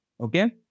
Okay